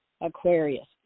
Aquarius